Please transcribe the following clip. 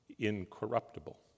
incorruptible